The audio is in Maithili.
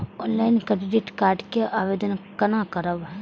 ऑनलाईन क्रेडिट कार्ड के आवेदन कोना करब?